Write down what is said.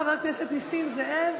חבר הכנסת נסים זאב